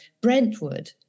Brentwood